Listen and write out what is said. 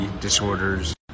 disorders